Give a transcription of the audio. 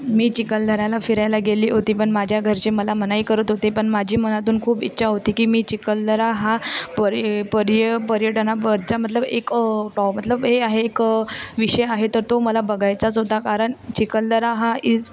मी चिखलदऱ्याला फिरायला गेले होते पण माझ्या घरचे मला मनाई करत होते पण माझी मनातून खूप इच्छा होती की मी चिखलदरा हा परी पर्य पर्यटनापरचा मतलब एक टॉ मतलब हे आहे एक विषय आहे तर तो मला बघायचाच होता कारण चिखलदरा हा इज